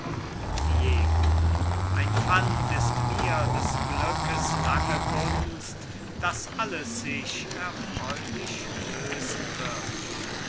ein pfand ist mir des glückes lange gunst daß alles sich erfreulich lösen wird